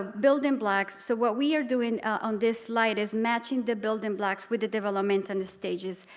building blocks so what we are doing on this slide is matching the building blocks with the development and the stages.